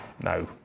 No